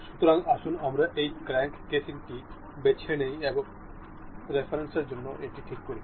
সুতরাং আসুন আমরা এই ক্র্যাঙ্ক কেসিং টি বেছে নিই এবং রেফারেন্সের জন্য এটি ঠিক করি